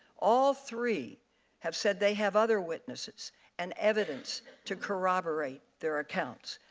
all three have said they have other witnesses and evidence to corroborate their accounts,